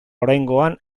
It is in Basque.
oraingoan